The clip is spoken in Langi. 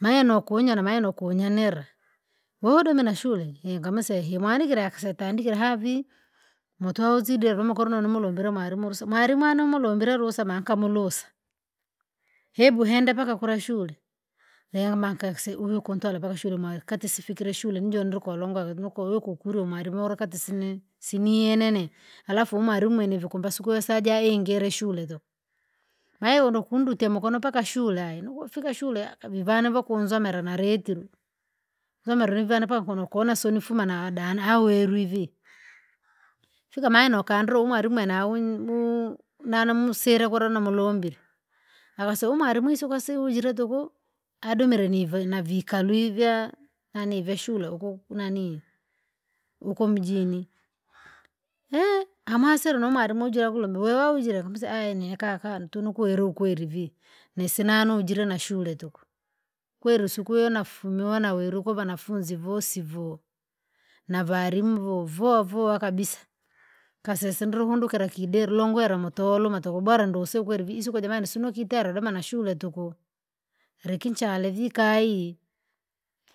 Maye nokunyara maye nukunyenera, woudome na shule hinkamuseya himwanikirea akasetandikire haa vii, motwo uzidie rumo kono nimulumbile mali mulusa malimwana umulumbile ruhusa mankamulusa. Yebu henda mpaka kula shule, nehuma nkasi huyu kuntwala mpaka shule mwai kati sifikire shule njondru kolonga nuku yuku kurya umali moloka tisine, siniyene nini? Alafu umali umwene vii kumbe sikwesaja ingile shule tuku, maiyona ukundute mukono mpaka shule ayi nukufika shule akavivana vakunzomera nalitirwe, nzomera nivana vankuno koona sonifuma na ada na au werwi vii. fika mahari nokandre umwari mwene aunyi muu nana musira kura namulumbire, avase umwari mwise ukasiujire tuku, adumire nive navikarwi vya! Nanivwshure uku- nanii, uko mijini!, eehe? Amwasire numwarimu julakula mbeweujire ukamseya aye nekakana ntunu kweru kweri vii, nisina anujire na shule tuku, kweri siku iyo nofumiwona werwi kuvanafunzi vosi voo. Navalimu vo voa voa kabisa, kasese ndru kundukila kidera longwera motoluma tukubwera ndusi ukweri vii isiko jamani sinukitera doma na shule tuku, lakini nchalevika kayi,